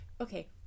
okay